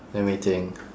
let me think